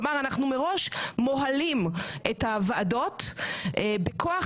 כלומר אנחנו מראש מוהלים את הוועדות בכוח